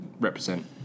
Represent